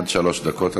בבקשה, עד שלוש דקות,